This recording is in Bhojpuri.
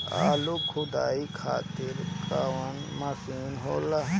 आलू खुदाई खातिर कवन मशीन होला?